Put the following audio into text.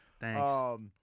Thanks